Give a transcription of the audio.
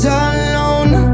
alone